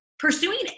Pursuing